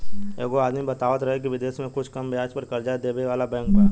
एगो आदमी बतावत रहे की बिदेश में कुछ कम ब्याज पर कर्जा देबे वाला बैंक बा